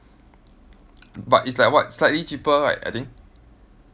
but it's like what slightly cheaper right I think